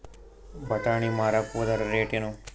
ಬಟಾನಿ ಮಾರಾಕ್ ಹೋದರ ರೇಟೇನು?